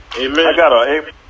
Amen